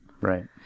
Right